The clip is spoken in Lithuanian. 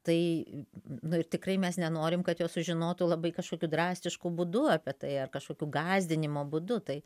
tai nu ir tikrai mes nenorim kad jos sužinotų labai kažkokiu drastišku būdu apie tai ar kažkokiu gąsdinimo būdu tai